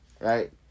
Right